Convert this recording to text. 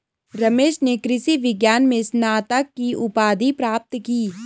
रमेश ने कृषि विज्ञान में स्नातक की उपाधि प्राप्त की